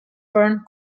fern